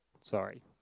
Sorry